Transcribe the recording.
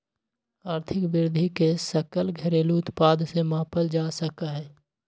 आर्थिक वृद्धि के सकल घरेलू उत्पाद से मापल जा सका हई